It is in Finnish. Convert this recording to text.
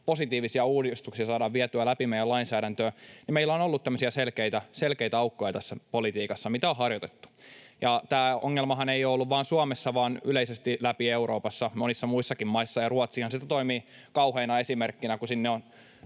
positiivisia uudistuksia, saadaan vietyä läpi meidän lainsäädäntöömme, ja meillä on ollut tämmöisiä selkeitä aukkoja tässä politiikassa, mitä on harjoitettu. Ja tämä ongelmahan ei ole ollut vain Suomessa vaan yleisesti läpi Euroopan monissa muissakin maissa, ja Ruotsihan siitä toimii kauheana esimerkkinä,